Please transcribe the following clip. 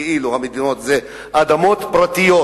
כאילו האדמות פרטיות,